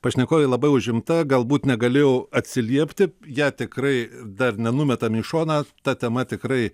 pašnekovė labai užimta galbūt negalėjo atsiliepti ją tikrai dar nenumetam į šoną ta tema tikrai